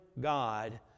God